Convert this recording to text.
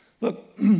Look